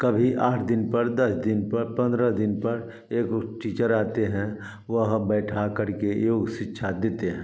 कभी आठ दिन पर दस दिन पर पंद्रह दिन पर एक वो टीचर आते हैं वह बैठाकर के योग शिक्षा देते हैं